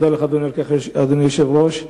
ותודה לך, אדוני היושב-ראש,